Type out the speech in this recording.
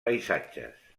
paisatges